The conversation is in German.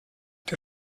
der